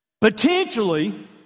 potentially